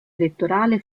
elettorale